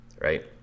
Right